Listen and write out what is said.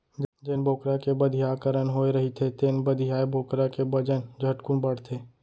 जेन बोकरा के बधियाकरन होए रहिथे तेन बधियाए बोकरा के बजन झटकुन बाढ़थे